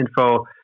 info